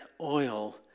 oil